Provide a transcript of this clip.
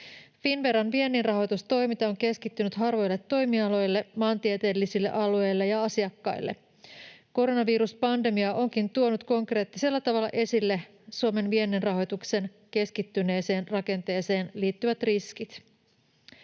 Finnveran vienninrahoitustoiminta on keskittynyt harvoille toimialoille, maantieteellisille alueille ja asiakkaille. Koronaviruspandemia onkin tuonut konkreettisella tavalla esille Suomen vienninrahoituksen keskittyneeseen rakenteeseen liittyvät riskit.